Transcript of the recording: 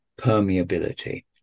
permeability